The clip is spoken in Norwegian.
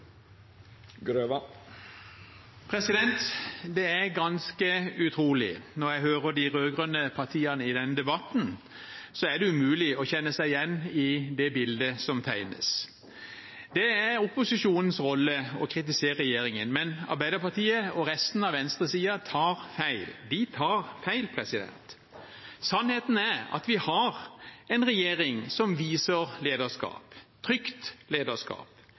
avslutta. Det er ganske utrolig – når jeg hører de rød-grønne partiene i denne debatten, er det umulig å kjenne seg igjen i det bildet som tegnes. Det er opposisjonens rolle å kritisere regjeringen, men Arbeiderpartiet og resten av venstresiden tar feil. De tar feil. Sannheten er at vi har en regjering som viser lederskap, trygt lederskap.